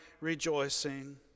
rejoicing